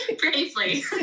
Bravely